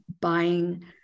buying